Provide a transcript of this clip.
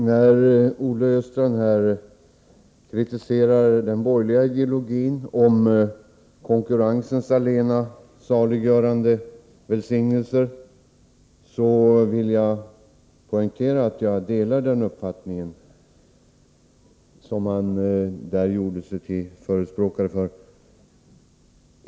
Herr talman! Olle Östrand kritiserade den borgerliga ideologin om konkurrensens allena saliggörande välsignelser, och jag vill poängtera att jag delar den uppfattning som han gjorde sig till förespråkare för.